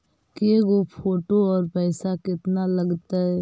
के गो फोटो औ पैसा केतना लगतै?